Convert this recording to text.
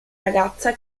ragazza